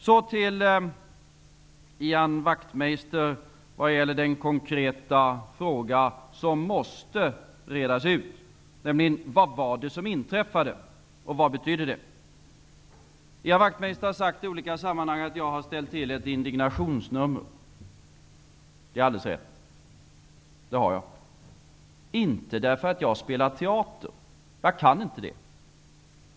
Så till Ian Wachtmeister och den konkreta fråga som måste redas ut. Vad var det som inträffade, och vad betydde det? Ian Wachtmeister har i olika sammanhang sagt att jag har ställt till ett indignationsnummer. Det är alldeles rätt. Det har jag. Det beror inte på att jag spelar teater. Jag kan inte det.